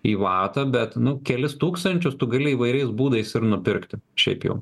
į vatą bet nu kelis tūkstančius tu gali įvairiais būdais ir nupirkti šiaip jau